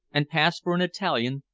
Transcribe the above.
and pass for an italian,